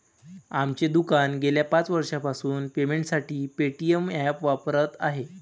आमचे दुकान गेल्या पाच वर्षांपासून पेमेंटसाठी पेटीएम ॲप वापरत आहे